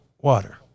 Water